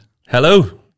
Hello